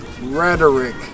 rhetoric